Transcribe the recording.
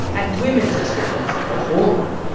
at women's experience, a whole lot.